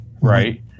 Right